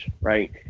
right